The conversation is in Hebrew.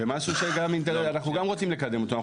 זה משהו שגם אנחנו רוצים לקדם אותו.